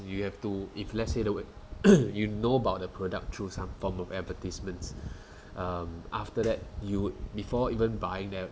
you have to if let's say the word you know about the product through some form of advertisements um after that you before even buying them